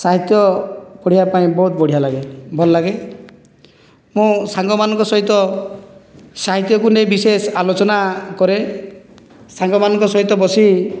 ସାହିତ୍ୟ ପଢ଼ିବା ପାଇଁ ବହୁତ ବଢ଼ିଆ ଲାଗେ ଭଲ ଲାଗେ ମୁଁ ସାଙ୍ଗମାନଙ୍କ ସହିତ ସାହିତ୍ୟକୁ ନେଇ ବିଶେଷ ଆଲୋଚନା କରେ ସାଙ୍ଗମାନଙ୍କ ସହିତ ବସି